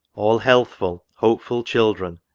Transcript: all healthful, hopeful children,